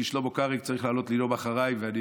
כי שלמה קרעי צריך לעלות לנאום אחריי ואני